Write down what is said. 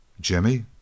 Jimmy